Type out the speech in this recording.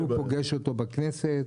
פוגש אותו בכנסת.